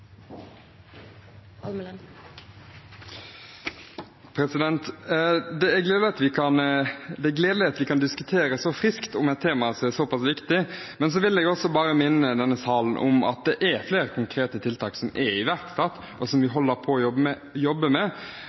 Det er gledelig at vi kan diskutere så friskt om et tema som er såpass viktig. Men jeg vil bare minne denne salen om at det er flere konkrete tiltak som er iverksatt, og som vi holder på å jobbe med.